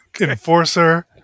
Enforcer